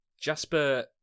Jasper